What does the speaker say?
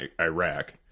Iraq